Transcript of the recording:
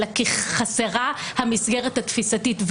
אלא כי חסרה המסגרת התפיסתית.